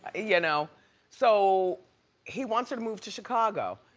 ah you know so he wants her to move to chicago.